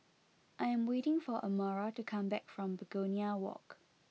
I am waiting for Amara to come back from Begonia Walk